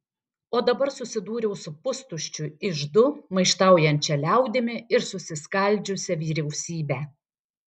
o dabar susidūriau su pustuščiu iždu maištaujančia liaudimi ir susiskaldžiusia vyriausybe